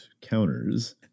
counters